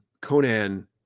Conan